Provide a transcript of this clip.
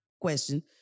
question